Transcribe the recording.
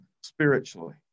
spiritually